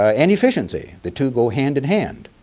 ah inefficiency, the two go hand in hand.